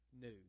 new